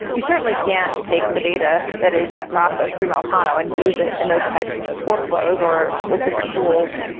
you certainly can take the data that is a process through meltano and use it in those types of workflows or with different tools.